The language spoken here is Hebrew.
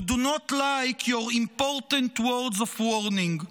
do not like your important words of warning.